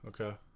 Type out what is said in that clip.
Okay